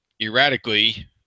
erratically